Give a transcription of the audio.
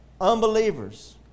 Unbelievers